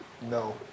No